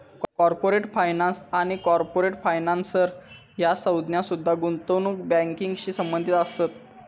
corporate finance आणि corporate financer ह्या संज्ञा सुद्धा गुंतवणूक बँकिंगशी संबंधित असत